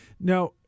Now